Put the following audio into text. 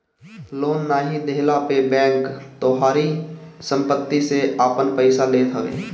loan नाइ देहला पे बैंक तोहारी सम्पत्ति से आपन पईसा लेत हवे